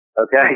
Okay